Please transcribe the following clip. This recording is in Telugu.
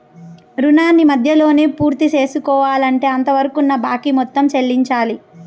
రుణాన్ని మధ్యలోనే పూర్తిసేసుకోవాలంటే అంతవరకున్న బాకీ మొత్తం చెల్లించాలి